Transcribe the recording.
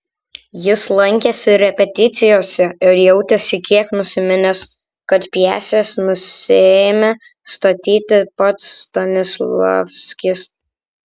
jis lankėsi repeticijose ir jautėsi kiek nusiminęs kad pjesės nesiėmė statyti pats stanislavskis